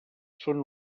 són